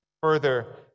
further